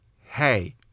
hey